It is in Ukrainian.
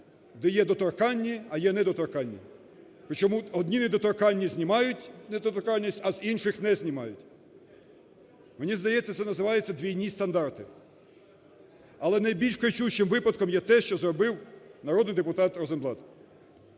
де є доторканні, а є недоторканні. Причому, одні недоторканні знімають недоторканність, а з інших не знімають. Мені здається, це називається двійні стандарти. Але найбільш кричущим випадком є те, що зробив народний депутат Розенблат.